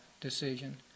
decision